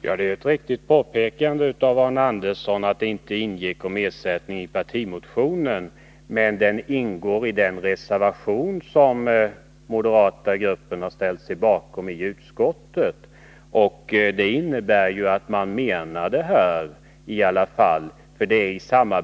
Herr talman! Det är ett riktigt påpekande av Arne Andersson i Ljung att det inte ingick något förslag om ersättning i partimotionen. Men detta finns i den reservation som moderaterna i utskottet ställt sig bakom. Det innebär att man ändå menar detta. Det ingår alltså i det